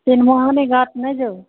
त्रिमोहानी घाट नहि जेबै